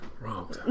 Wrong